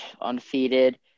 undefeated